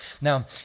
Now